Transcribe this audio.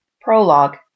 Prologue